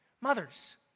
mothers